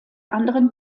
anderen